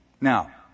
Now